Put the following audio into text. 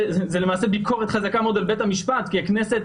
שלמעשה מדובר בביקורת חזקה על בית המשפט כי הכנסת